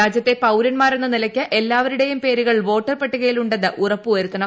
രാജ്യത്തെ പൌരന്മാരെന്ന നിലയ്ക്ക് എല്പാവരുടെയും പേരുകൾ വോട്ടർപ്പട്ടികയിൽ ഉണ്ടെന്ന് ഉറപ്പ് വരുത്തണം